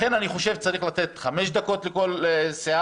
לכן אני חושב שצריך לתת חמש דקות לכל סיעה,